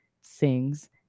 sings